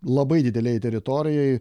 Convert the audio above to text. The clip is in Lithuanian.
labai didelėj teritorijoj